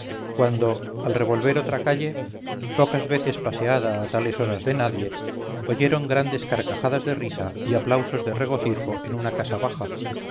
cuando al revolver otra calle pocas veces paseada a tales horas de nadie oyeron grandes carcajadas de risa y aplausos de regocijo en una casa baja